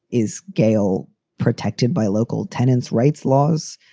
is gail protected by local tenants rights laws?